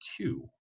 two